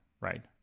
right